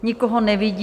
Nikoho nevidím.